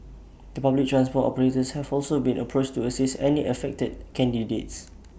the public transport operators have also been approached to assist any affected candidates